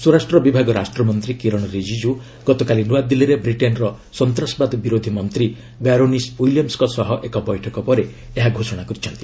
ସ୍ୱରାଷ୍ଟ୍ର ବିଭାଗ ରାଷ୍ଟ୍ରମନ୍ତ୍ରୀ କିରଣ ରିକିଜୁ ଗତକାଲି ନ୍ତ୍ରଆଦିଲ୍ଲୀରେ ବ୍ରିଟେନ୍ର ସନ୍ତାସବାଦ ବିରୋଧୀ ମନ୍ତ୍ରୀ ବ୍ୟାରୋନିସ୍ ୱିଲିୟମ୍ସଙ୍କ ସହ ଏକ ବୈଠକ ପରେ ଏହା ଘୋଷଣା କରିଛନ୍ତି